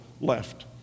left